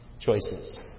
choices